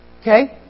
Okay